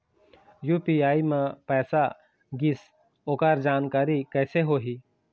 UPI म पैसा गिस ओकर जानकारी कइसे होही?